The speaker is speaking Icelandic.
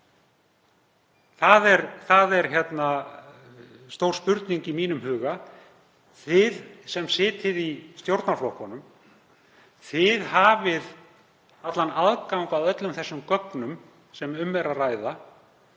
Það er stór spurning í mínum huga. Þið sem sitjið í stjórnarflokkunum hafið allan aðgang að öllum þeim gögnum sem um er að ræða